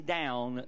down